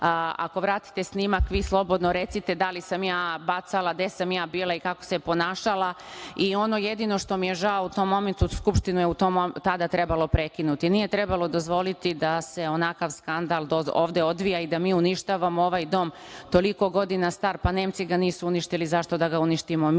Ako vratite snimak, vi slobodno recite da li sam ja bacala, gde sam ja bila i kako se ponašala. Jedino što mi je žao u tom momentu Skupštinu je trebalo prekinuti. Nije trebalo dozvoliti da se onakav skandal ovde odvija i da mi uništavamo ovaj dom toliko godina star. Pa, Nemci ga nisu uništili, zašto da ga uništimo